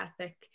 ethic